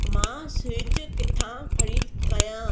मां स्विच किथां ख़रीद कयां